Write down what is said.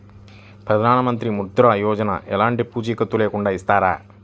ప్రధానమంత్రి ముద్ర యోజన ఎలాంటి పూసికత్తు లేకుండా ఇస్తారా?